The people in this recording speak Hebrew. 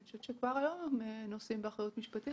אני חושבת שכבר היום הם נושאים באחריות משפטית